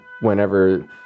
whenever